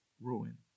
ruin